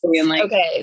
Okay